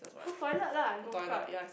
go toilet lah no crowd